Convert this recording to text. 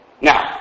Now